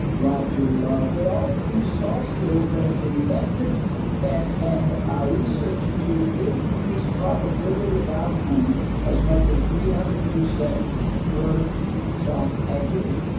roger love, they all teach soft skills that have been metric and and ah research to increase probability of outcome as much as three hundred percent per soft activity,